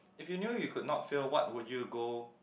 if know you could not fail what would you go